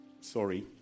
sorry